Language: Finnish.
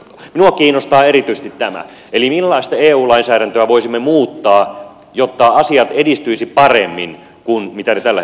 minua kiinnostaa erityisesti tämä eli millaista eu lainsäädäntöä voisimme muuttaa jotta asiat edistyisivät paremmin kuin tällä hetkellä